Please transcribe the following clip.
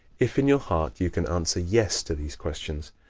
if, in your heart, you can answer yes to these questions,